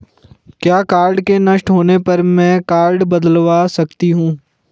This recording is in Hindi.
क्या कार्ड के नष्ट होने पर में कार्ड बदलवा सकती हूँ?